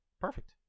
Perfect